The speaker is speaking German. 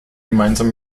gemeinsam